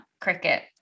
cricket